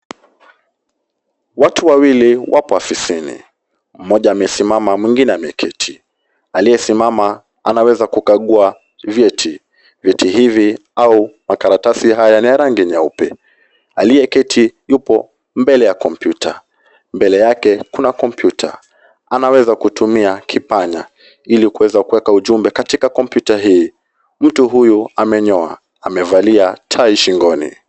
Watu wawili, wapo ofisini. Mmoja amesimama, mwingine ameketi. Aliyesimama anaweza kukagua vyeti. Vyeti hivi au makaratasi haya na ya rangi nyeupe. Aliyeketi, yupo mbele ya kompyuta. Mbele yake, kuna kompyuta. Anaweza kutumia kipanya, ili kuweza kuweka ujumbe katika kompyuta hii. Mtu huyu amenyoa, amevalia tai shingoni.